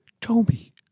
Toby